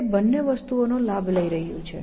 તે બંને વસ્તુનો લાભ લઈ રહ્યું છે